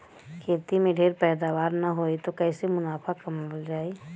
खेती में ढेर पैदावार न होई त कईसे मुनाफा कमावल जाई